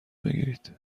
بگیرید